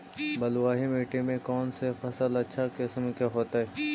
बलुआही मिट्टी में कौन से फसल अच्छा किस्म के होतै?